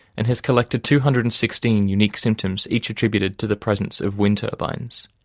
and has collected two hundred and sixteen unique symptoms each attributed to the presence of wind turbines.